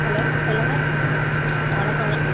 hello சொல்லுங்கள் வணக்கம்ங்க